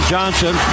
Johnson